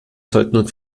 sollten